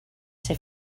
ser